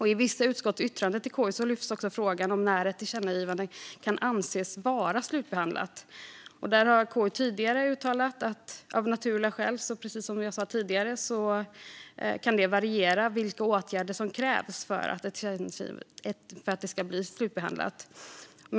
I vissa utskotts yttranden till KU lyfts frågan om när ett tillkännagivande kan anses vara slutbehandlat fram. KU har tidigare uttalat att det av naturliga skäl, precis som jag sa tidigare, kan variera vilka åtgärder som krävs för att ett tillkännagivande ska bli slutbehandlat.